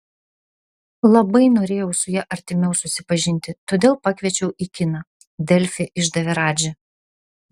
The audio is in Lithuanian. labai norėjau su ja artimiau susipažinti todėl pakviečiau į kiną delfi išdavė radži